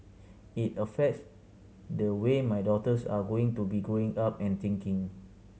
it affects the way my daughters are going to be growing up and thinking